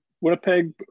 Winnipeg